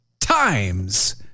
times